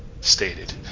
stated